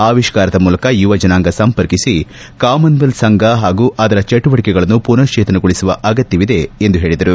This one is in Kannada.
ಆವಿಷಾರದ ಮೂಲಕ ಯುವಜನಾಂಗ ಸಂಪರ್ಕಿಸಿ ಕಾಮನ್ವೆಲ್ಲಿ ಸಂಘ ಹಾಗೂ ಅದರ ಚಟುವಟಿಕೆಗಳನ್ನು ಪುನಶ್ಚೇತನಗೊಳಿಸುವ ಅಗತ್ಯವಿದೆ ಎಂದು ಹೇಳಿದರು